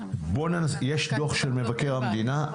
יש דוח של מבקר המדינה,